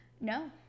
No